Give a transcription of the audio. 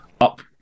up